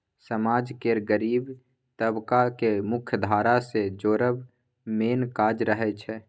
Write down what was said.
समाज केर गरीब तबका केँ मुख्यधारा सँ जोड़ब मेन काज रहय छै